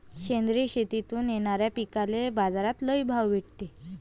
सेंद्रिय शेतीतून येनाऱ्या पिकांले बाजार लई भाव भेटते